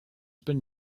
been